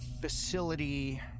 facility